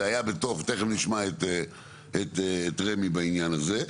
זה היה בתוך - תכף נשמע את רמ"י בעניין הזה.